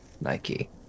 Nike